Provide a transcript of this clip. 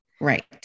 Right